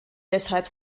deshalb